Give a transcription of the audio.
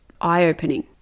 eye-opening